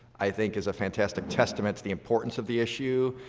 i think is a fantastic testament to the importance of the issue.